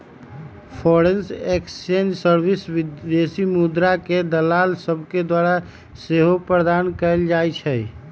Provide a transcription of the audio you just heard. foreign exchange service विदेशी मुद्राके दलाल सभके द्वारा सेहो प्रदान कएल जाइ छइ